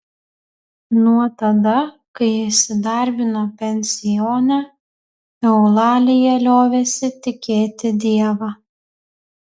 nuo tada kai įsidarbino pensione eulalija liovėsi tikėti dievą